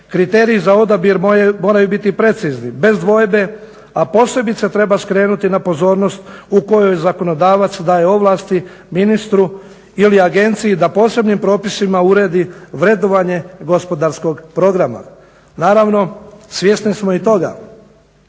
Kriteriji za odabir moraju biti precizni, bez dvojbe, a posebice treba skrenuti pozornost u kojoj zakonodavac daje ovlasti ministru ili agenciji da posebnim propisima uredi vrednovanje gospodarskog programa. Naravno, svjesni smo i toga